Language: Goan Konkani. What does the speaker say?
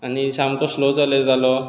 आनी सामको स्लो चलयतालो